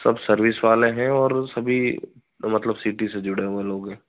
सब सर्विस वाले हैं और सभी मतलब सिटी से जुड़े हुए लोग हैं